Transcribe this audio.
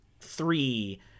three